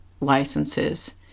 licenses